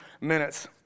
minutes